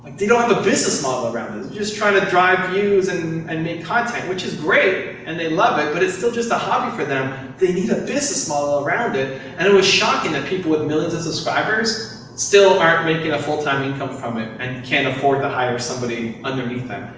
they don't have a business model around it. they're just trying to drive views and and make content, which is great and they love it. but it's still just a hobby for them. they need a business model around it, and it was shocking that people with millions of subscribers still aren't making a full-time income from it and can't afford to hire somebody underneath them.